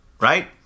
Right